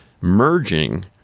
merging